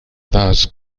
das